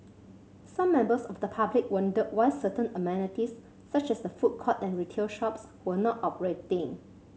some members of the public wondered why certain amenities such as the food court and retail shops were not operating